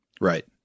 Right